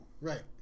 Right